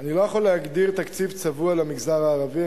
אני לא יכול להגדיר תקציב צבוע למגזר הערבי,